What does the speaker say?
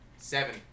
Seven